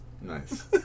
Nice